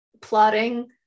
plotting